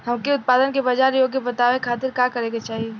हमके उत्पाद के बाजार योग्य बनावे खातिर का करे के चाहीं?